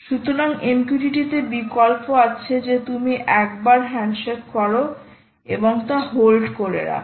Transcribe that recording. সুতরাং MQTT তে বিকল্প আছে যে তুমি একবার হ্যান্ডশেক করো এবং তা হোল্ড করে রাখ